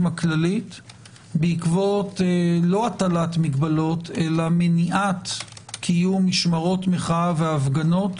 הכללית בעקבות לא הטלת מגבלות אלא מניעת קיום משמרות מחאה והפגנות